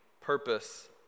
purpose